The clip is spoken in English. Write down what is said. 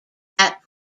that